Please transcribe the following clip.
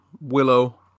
Willow